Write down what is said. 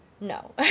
No